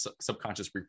subconscious